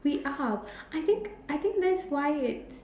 we are I think I think that's why